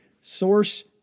Source